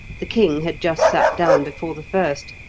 the king had just sat down before the first,